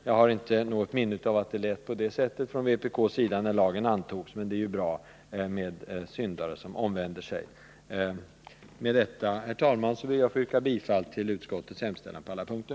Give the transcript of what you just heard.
Jag har inte något minne av att det lät på det sättet från vpk när lagen antogs, men det är ju bra med syndare som omvänder sig. Med detta, herr talman, ber jag att få yrka bifall till utskottets hemställan på alla punkter.